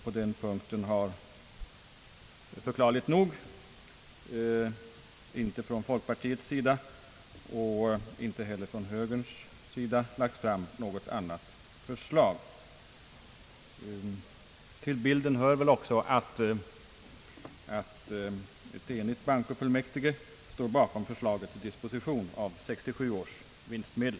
På den punkten har förklarligt nog varken från folkpartiets eller högerpartiets sida lagts fram något annat förslag. Till bilden hör också att bankofullmäktige enigt står bakom förslaget till disposition av 1967 års vinstmedel.